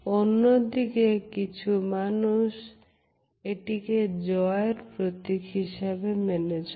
অন্যদিকে কিছু মানুষ এটিকে জয়ের প্রতীক হিসেবে মেনে চলে